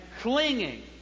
clinging